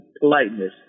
politeness